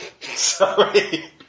Sorry